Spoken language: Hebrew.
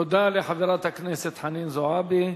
תודה לחברת הכנסת חנין זועבי.